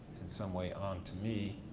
in some way, on to me.